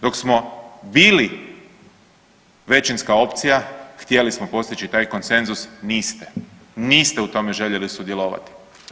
Dok smo bili većinska opcija htjeli smo postići taj konsenzus, niste, niste u tome željeli sudjelovati.